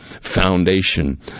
Foundation